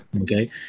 Okay